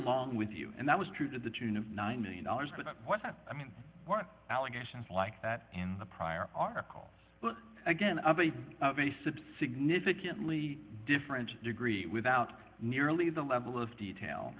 along with you and that was true to the tune of nine million dollars but i mean allegations like that in a prior are again of a of a sip significantly different degree without nearly the level of detail